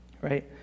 right